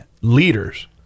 leaders